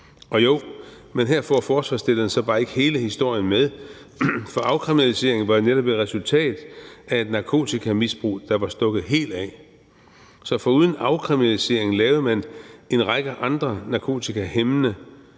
Jo, men her får forslagsstillerne så bare ikke hele historien med, for afkriminalisering var netop et resultat af et narkotikamisbrug, der var stukket helt af. Så foruden afkriminalisering lavede man en række andre narkotikahæmmende